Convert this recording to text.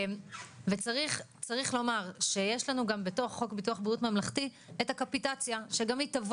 צריך לומר שבתוך חוק ביטוח בריאות ממלכתי יש לנו הקפיטציה,